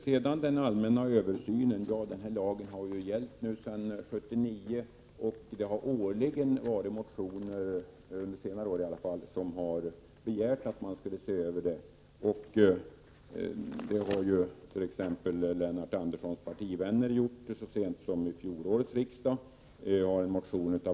Sedan till den allmänna översynen: Lagen har gällt sedan 1979, och på senare år har det årligen väckts motioner med begäran om översyn. Exempelvis har Lennart Anderssons partivänner så sent som vid fjolårets riksdag väckt en motion.